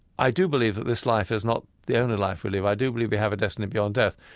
i do believe that this life is not the only life we live. i do believe we have a destiny beyond death.